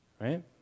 right